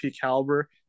caliber